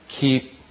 keep